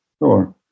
Sure